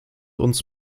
uns